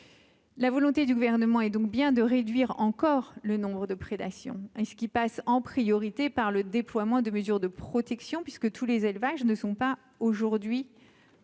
La volonté du gouvernement est donc bien de réduire encore le nombre de prédation et ce qui passe en priorité par le déploiement de mesures de protection puisque tous les élevages ne sont pas aujourd'hui protégé